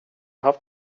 haft